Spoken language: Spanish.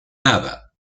nada